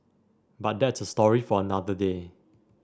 but that's a story for another day